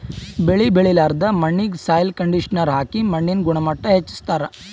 ಬೆಳಿ ಬೆಳಿಲಾರ್ದ್ ಮಣ್ಣಿಗ್ ಸಾಯ್ಲ್ ಕಂಡಿಷನರ್ ಹಾಕಿ ಮಣ್ಣಿನ್ ಗುಣಮಟ್ಟ್ ಹೆಚಸ್ಸ್ತಾರ್